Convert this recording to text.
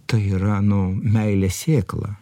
tai yra nu meilės sėkla